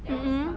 mm mm